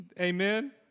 Amen